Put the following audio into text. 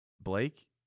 Blake